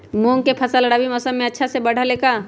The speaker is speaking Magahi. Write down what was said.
मूंग के फसल रबी मौसम में अच्छा से बढ़ ले का?